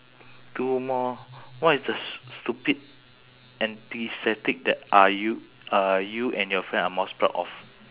two more what is the s~ stupid antics that are you are you and your friend are most proud of